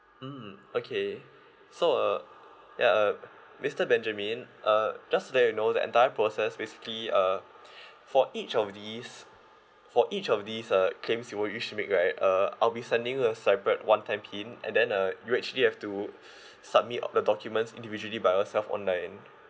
mm okay so uh ya uh mister benjamin uh just to let you know the entire process basically uh for each of these for each of these uh claims you wish to make right uh I'll be sending you a separate one time pin and then uh you'll actually have to submit all the documents individually by yourself online